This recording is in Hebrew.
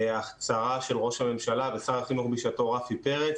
ההצהרה של ראש הממשלה ושר החינוך בשעתו רפי פרץ,